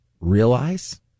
realize